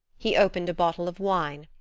he opened a bottle of wine,